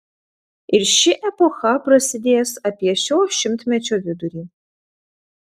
ir ši epocha prasidės apie šio šimtmečio vidurį